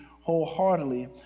wholeheartedly